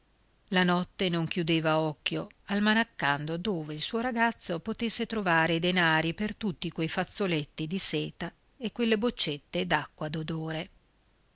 la notte non chiudeva occhio almanaccando dove il suo ragazzo potesse trovare i denari per tutti quei fazzoletti di seta e quelle boccettine